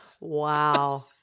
Wow